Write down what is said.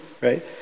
Right